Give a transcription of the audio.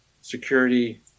security